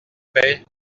bay